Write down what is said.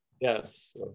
yes